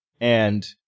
And-